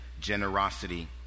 generosity